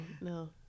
no